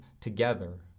together